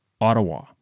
Ottawa